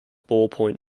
ballpoint